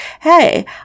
hey